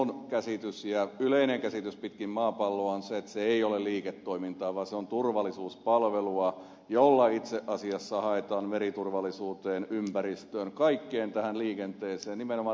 minun käsitykseni ja yleinen käsitys pitkin maapalloa on se että se ei ole liiketoimintaa vaan se on turvallisuuspalvelua jolla itse asiassa haetaan meriturvallisuuteen ympäristöön kaikkeen tähän liikenteeseen nimenomaan turvallisuusulottuvuutta